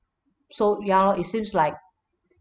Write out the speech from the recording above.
so ya lor it seems like